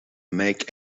make